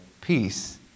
Peace